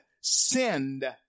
send